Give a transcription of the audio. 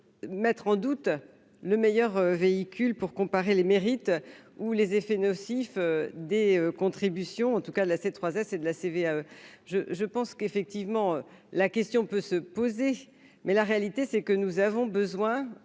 mettre en doute le meilleur véhicule pour comparer les mérites ou les effets nocifs des contributions en tout cas, là c'est trois S et de la CV je, je pense qu'effectivement la question peut se poser, mais la réalité c'est que nous avons besoin